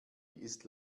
ist